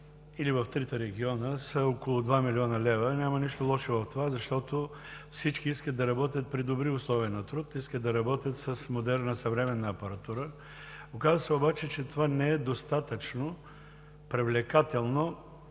или в трите региона, са около два милиона лева. Няма нищо лошо в това, защото всички искат да работят при добри условия на труд, искат да работят с модерна съвременна апаратура. Оказва се обаче, че това не е достатъчно привлекателно